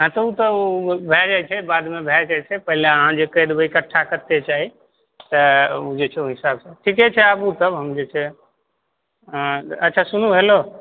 हँ तऽ ओ तऽ भए जाइ छै बादमे भए जाइ छै पहिले अहाँ जे कहि देबै ईकठ्ठा कते चाही तऽ ओ जे छै ओहि हिसाब सँ ठीके छै आबू तऽ हम जे छै अच्छा सुनू हैलो